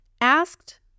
asked